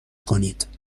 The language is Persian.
کنید